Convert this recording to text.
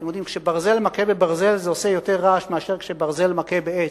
אתם יודעים שכשברזל מכה בברזל זה עושה יותר רעש מאשר כשברזל מכה בעץ,